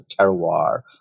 terroir